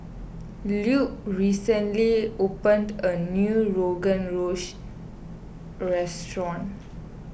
Lupe recently opened a new Rogan Josh restaurant